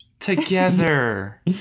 Together